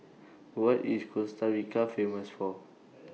What IS Costa Rica Famous For